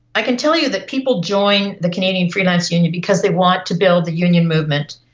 i can tell you that people join the canadian freelance union because they want to build the union movement,